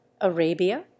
Arabia